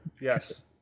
Yes